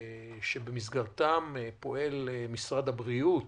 שבמסגרתם פועל משרד הבריאות